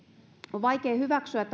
on vaikea hyväksyä